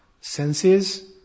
senses